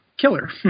Killer